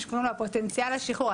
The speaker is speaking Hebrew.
מה שקוראים לו פוטנציאל השחרור,